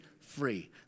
free